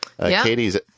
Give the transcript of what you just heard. Katie's